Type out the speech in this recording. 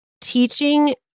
teaching